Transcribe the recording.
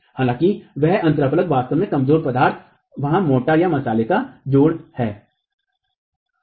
हालाँकि वह अंतराफलक वास्तव में कमजोर पदार्थ वहाँ मोर्टार या मसाले का जोड़ है